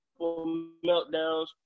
meltdowns